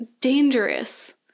dangerous